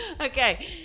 Okay